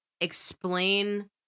explain